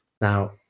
Now